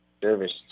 service